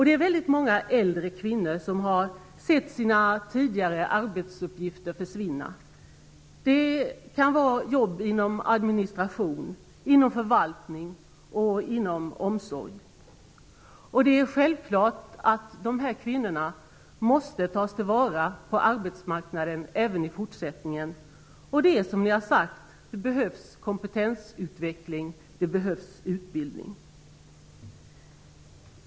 Det är väldigt många äldre kvinnor som har sett sina tidigare arbetsuppgifter försvinna. Det kan vara jobb inom administration, inom förvaltning och inom omsorg. Det är självklart att de här kvinnorna måste tas till vara på arbetsmarknaden även i fortsättningen. Det behövs som jag har sagt kompetensutveckling, det behövs utbildning.